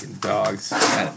dogs